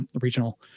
regional